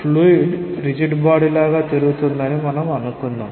fluid rigid body లాగా తిరుగుతుందని మనం అనుకున్నాం